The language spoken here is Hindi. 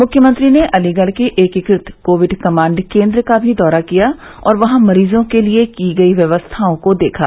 मुख्यमंत्री ने अलीगढ़ के एकीकृत कोविड कमांड केन्द्र का भी दौरा किया और वहां मरीजों के लिए की गयी व्यवस्थाओं को देखा